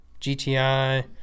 GTI